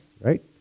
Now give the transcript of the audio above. Right